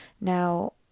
now